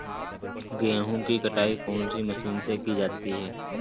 गेहूँ की कटाई कौनसी मशीन से की जाती है?